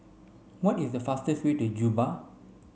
what is the fastest way to Juba